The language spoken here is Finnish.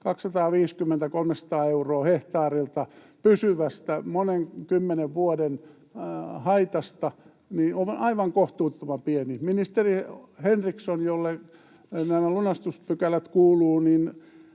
250—300 euroa hehtaarilta pysyvästä monen kymmenen vuoden haitasta on aivan kohtuuttoman pieni. Ministeri Henriksson, jolle nämä lunastuspykälät kuuluvat,